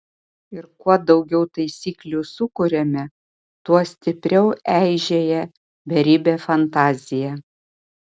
ir kuo daugiau taisyklių sukuriame tuo stipriau eižėja beribė fantazija